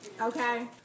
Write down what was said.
okay